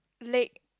leg